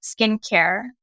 skincare